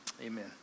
amen